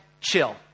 chill